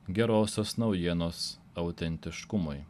gerosios naujienos autentiškumui